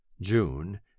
June